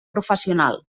professional